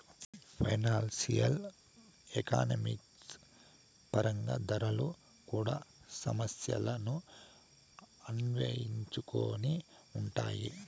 financial economics పరంగా ధరలు కూడా సమస్యలను అన్వయించుకొని ఉంటాయి